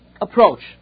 approach